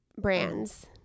brands